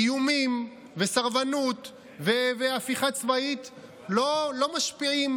איומים וסרבנות והפיכה צבאית לא משפיעים.